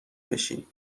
بشی